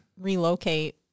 relocate